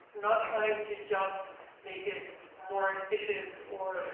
not trying to just make it more efficient or